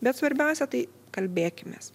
bet svarbiausia tai kalbėkimės